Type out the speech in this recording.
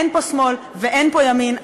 אין פה שמאל ואין פה ימין,